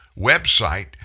website